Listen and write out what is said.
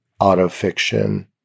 autofiction